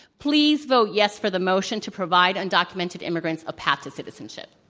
please vote yes for the motion to provide undocumented immigrants a path to citizenship.